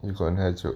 you got another joke